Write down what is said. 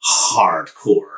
hardcore